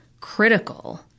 critical